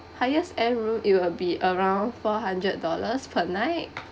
highest end room it'll be around four hundred dollars per night